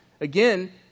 again